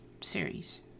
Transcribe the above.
series